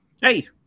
Hey